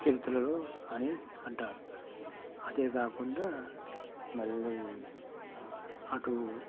చ చరిత్రలో అని అంటారు అదే కాకుండా మళ్ళీ అటూ